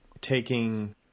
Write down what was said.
taking